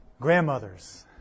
grandmothers